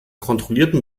kontrollierten